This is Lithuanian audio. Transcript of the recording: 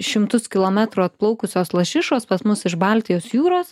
šimtus kilometrų atplaukusios lašišos pas mus iš baltijos jūros